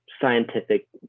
scientific